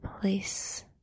place